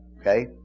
Okay